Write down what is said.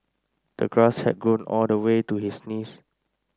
the grass had grown all the way to his knees